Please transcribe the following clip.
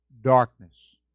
darkness